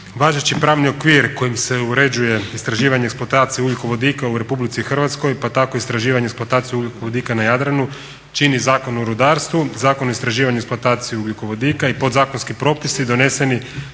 Važeći pravni okvir kojim se uređuje istraživanje i eksploatacija ugljikovodika u Republici Hrvatskoj pa tako istraživanje i eksploatacija ugljikovodika na Jadranu čini Zakon o rudarstvu, Zakon o istraživanju i eksploataciji ugljikovodika i podzakonski propisi doneseni